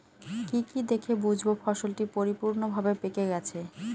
কি কি দেখে বুঝব ফসলটি পরিপূর্ণভাবে পেকে গেছে?